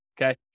Okay